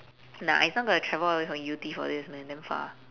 nah he's not going to travel all the way from yew tee for this man damn far